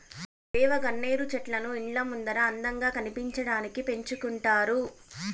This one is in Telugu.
దేవగన్నేరు చెట్లను ఇండ్ల ముందర అందంగా కనిపించడానికి పెంచుకుంటారు